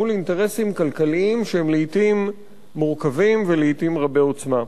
מול אינטרסים כלכליים שהם לעתים מורכבים ולעתים רבי-עוצמה.